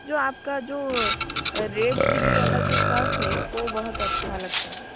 जो आपका जो रेड चिल्ली वाला जो सॉस है वो बहुत अच्छा लगता है